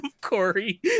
Corey